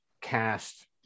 cast